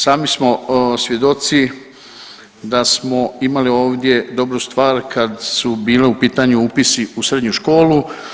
Sami smo svjedoci da smo imali ovdje dobru stvar kad su bili u pitanju upisi u srednju školu.